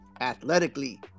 athletically